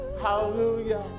Hallelujah